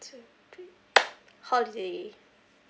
two three holiday